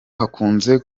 hakunze